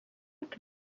que